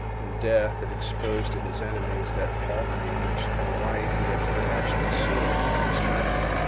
in death it exposed to his enemies that poverty which in life he had perhaps concealed from his friends.